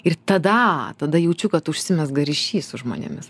ir tada tada jaučiu kad užsimezga ryšys su žmonėmis